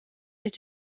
est